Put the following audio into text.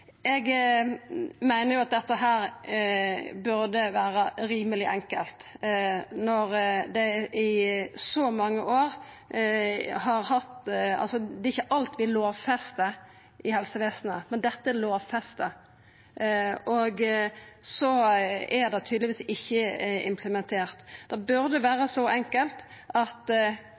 Eg meiner dette burde vera rimeleg enkelt. Det er ikkje alt vi lovfestar i helsevesenet, men dette er lovfesta, og så er det tydelegvis ikkje implementert. Det burde vera så enkelt at